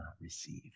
receive